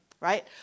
right